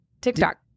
TikTok